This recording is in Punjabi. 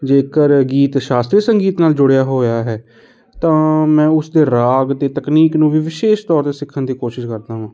ਜੇਕਰ ਗੀਤ ਸ਼ਾਸਤਰੀ ਸੰਗੀਤ ਨਾਲ ਜੁੜਿਆ ਹੋਇਆ ਹੈ ਤਾਂ ਮੈਂ ਉਸਦੇ ਰਾਗ ਅਤੇ ਤਕਨੀਕ ਨੂੰ ਵੀ ਵਿਸ਼ੇਸ਼ ਤੌਰ 'ਤੇ ਸਿੱਖਣ ਦੀ ਕੋਸ਼ਿਸ਼ ਕਰਦਾ ਹਾਂ